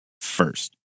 first